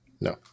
No